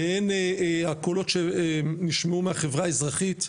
והן הקולות נשמעו מהחברה האזרחית,